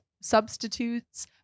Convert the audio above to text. substitutes